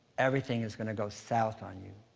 everything is gonna go south on you